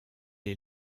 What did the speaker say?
est